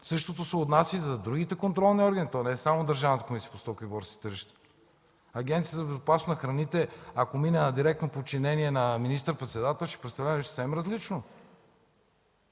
Същото се отнася и за другите контролни органи, то не е само Държавната комисия по стоковите борси и тържищата. Агенцията по безопасност на храните, ако мине на директно подчинение на министър-председателя, ще представлява съвсем различно